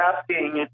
asking